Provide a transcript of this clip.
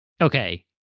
Okay